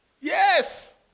yes